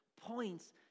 points